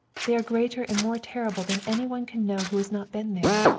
they are greater and more terrible than any one can know who has not been there.